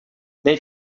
they